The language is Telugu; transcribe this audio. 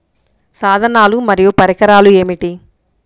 సాధనాలు మరియు పరికరాలు ఏమిటీ?